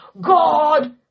god